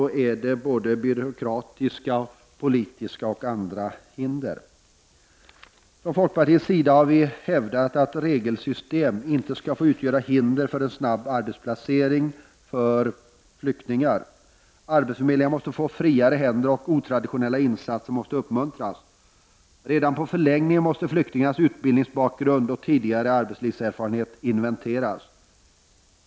Då finns det bara byråkratiska och politiska hinder. Folkpartiet har hävdat att regelsystemet inte skall få utgöra hinder för en snabb arbetsplacering för flyktingar. Arbetsförmedlingen måste få friare händer, otraditionella insatser måste uppmuntras. Redan på förläggningarna måste flyktingarnas utbildningsbakgrund och tidigare arbetslivserfarenhet inventeras.